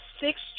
six